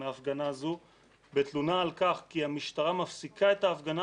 מההפגנה הזו בתלונה על כך שהמשטרה מפסיקה את ההפגנה